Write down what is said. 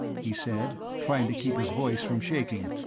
he said, trying to keep his voice from shaking.